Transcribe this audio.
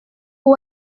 uwo